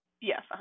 Yes